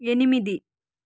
ఎనిమిది